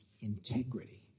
integrity